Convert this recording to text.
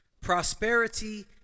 prosperity